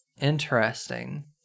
Interesting